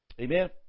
Amen